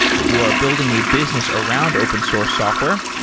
if you are building a business around open source software,